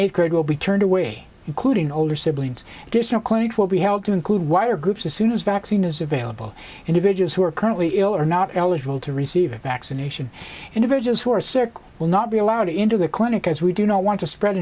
eighth grade will be turned away including older siblings additional clinics will be held to include wire groups as soon as vaccine is available individuals who are currently ill are not eligible to receive a vaccination individuals who are certain will not be allowed into the clinic as we do not want to spread